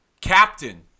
Captain